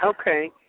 Okay